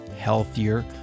Healthier